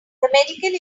medical